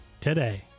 today